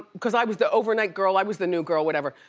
cause i was the overnight girl, i was the new girl, whatever,